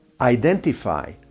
identify